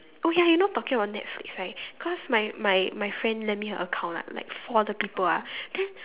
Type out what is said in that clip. oh ya you know talking about netflix right cause my my my friend lend me her account ah like four other people ah then